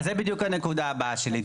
אז זו בדיוק הנקודה הבאה שלי,